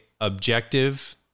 objective